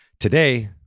Today